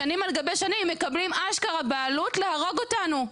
לשנים על גבי שנים מקבלים אשכרה בעלות להרוג אותנו.